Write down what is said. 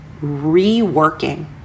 reworking